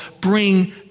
Bring